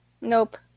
Nope